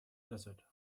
desert